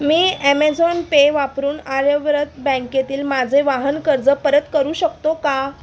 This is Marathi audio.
मी ॲमेझॉन पे वापरून आर्यव्रत बँकेतील माझे वाहन कर्ज परत करू शकतो का